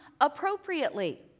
appropriately